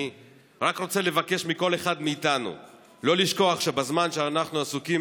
אני רק רוצה לבקש מכל אחד מאיתנו לא לשכוח שבזמן שאנחנו עסוקים